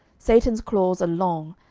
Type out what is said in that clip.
satan's claws are long,